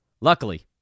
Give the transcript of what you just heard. Luckily